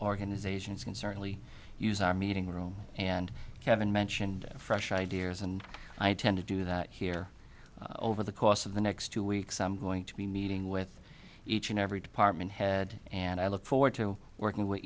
organizations can certainly use our meeting room and kevin mentioned fresh ideas and i tend to do that here over the course of the next two weeks i'm going to be meeting with each and every department head and i look forward to working with